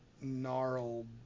gnarled